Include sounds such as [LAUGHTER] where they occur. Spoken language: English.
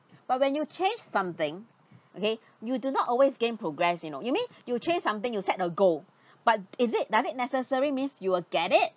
[BREATH] but when you change something okay you do not always gain progress you know you mean you change something you set a goal [BREATH] but is it does it necessary means you will get it